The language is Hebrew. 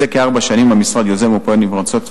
זה כארבע שנים המשרד יוזם ופועל נמרצות,